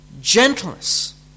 gentleness